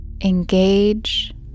engage